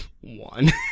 one